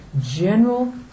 general